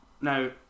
Now